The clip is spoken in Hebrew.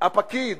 הפקיד